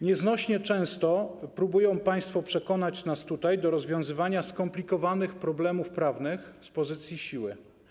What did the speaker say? Nieznośnie często próbują państwo przekonać nas tutaj do rozwiązywania skomplikowanych problemów prawnych z pozycji siły.